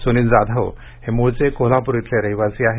सूनील जाधव हे मूळचे कोल्हापूर इथले रहिवासी आहेत